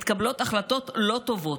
מתקבלות החלטות לא טובות,